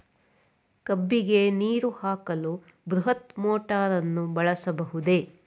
ಕಬ್ಬಿಗೆ ನೀರು ಹಾಕಲು ಬೃಹತ್ ಮೋಟಾರನ್ನು ಬಳಸಬಹುದೇ?